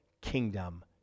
kingdom